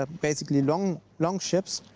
ah basically long, long ships,